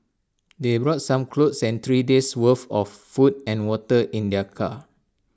they brought some clothes and three days' worth of food and water in their car